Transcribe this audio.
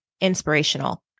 inspirational